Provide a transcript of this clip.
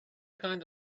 kind